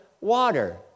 water